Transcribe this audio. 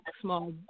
small